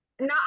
No